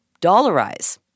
dollarize